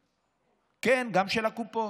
כן, גם של הקופות,